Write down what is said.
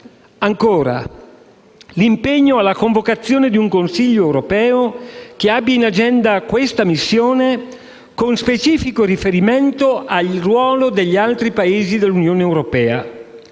Ancora: l'impegno alla convocazione di un Consiglio europeo che abbia in agenda questa missione, con specifico riferimento al ruolo dei Paesi dell'Unione europea.